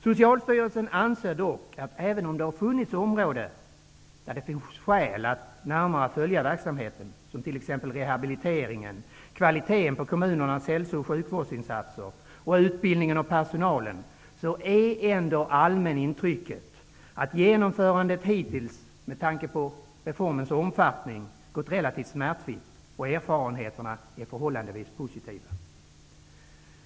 Socialstyrelsen anser dock att även om det funnits områden där det finns skäl att närmare följa utvecklingen, t.ex. när det gäller rehabiliteringen, kvaliteten på kommunernas hälso och sjukvårdsinsatser och utbildningen av personalen, är ändå allmänintrycket att genomförandet hittills med tanke på reformens omfattning gått relativt smärtfritt, och erfarenheterna är förhållandevis positiva.